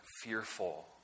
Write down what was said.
fearful